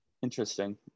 Interesting